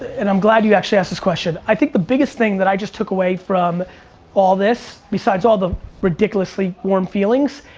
and i'm glad you actually asked this question. i think the biggest thing that i just took away from all this besides all the ridiculously warm feelings,